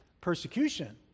Persecution